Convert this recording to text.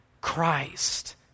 Christ